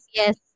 yes